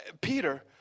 Peter